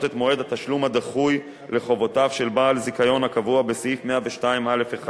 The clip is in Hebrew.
את מועד התשלום הדחוי לחובותיו של בעל זיכיון הקבוע בסעיף 102א1